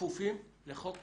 כפופים לחוק